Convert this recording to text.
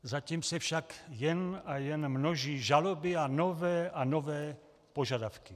Zatím se však jen a jen množí žaloby a nové a nové požadavky.